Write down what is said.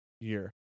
year